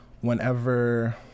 whenever